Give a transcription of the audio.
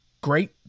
great